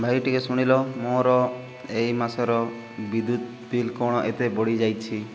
ଭାଇ ଟିକେ ଶୁଣିଲ ମୋର ଏଇ ମାସର ବିଦ୍ୟୁତ ବିଲ୍ କ'ଣ ଏତେ ବଢ଼ିଯାଇଛି